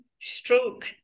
stroke